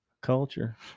culture